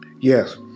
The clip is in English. Yes